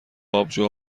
آبجو